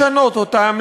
לשנות אותם,